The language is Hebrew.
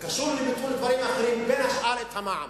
זה קשור לביטול דברים אחרים, בין השאר למע"מ,